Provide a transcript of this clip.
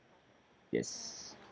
yes